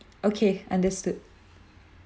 okay understood